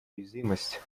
уязвимость